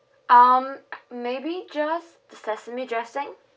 um maybe just sesame dressing